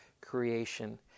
creation